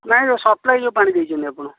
ନାଇଁ ଯେଉଁ ସପ୍ଲାଇ ଯେଉଁ ପାଣି ଦେଇଛନ୍ତି ଆପଣ